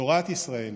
תורת ישראל